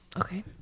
okay